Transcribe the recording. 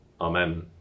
Amen